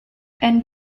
and